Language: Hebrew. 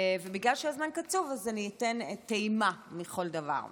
בגלל שהזמן קצוב, אני אתן טעימה מכל דבר.